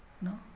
No